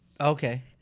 Okay